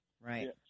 right